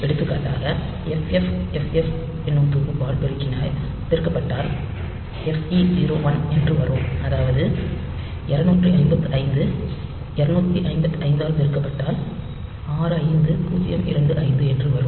எடுத்துக்காட்டாக FF FF என்னும் தொகுப்பால் பெருக்கப்பட்டால் FE01 என்று வரும் அதாவது 255 255 ஆல் பெருக்கப்பட்டால் 65025 என்று வரும்